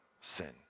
sin